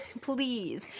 Please